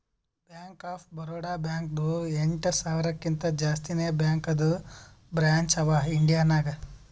bank of Baroda ಬ್ಯಾಂಕ್ದು ಎಂಟ ಸಾವಿರಕಿಂತಾ ಜಾಸ್ತಿನೇ ಬ್ಯಾಂಕದು ಬ್ರ್ಯಾಂಚ್ ಅವಾ ಇಂಡಿಯಾ ನಾಗ್